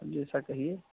जैसा कहिए